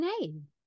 name